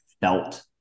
felt